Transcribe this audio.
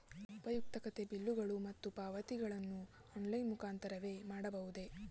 ಉಪಯುಕ್ತತೆ ಬಿಲ್ಲುಗಳು ಮತ್ತು ಪಾವತಿಗಳನ್ನು ಆನ್ಲೈನ್ ಮುಖಾಂತರವೇ ಮಾಡಬಹುದೇ?